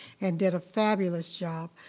and did a fabulous job.